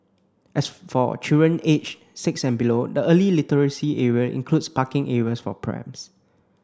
as for children aged six and below the early literacy area includes parking areas for prams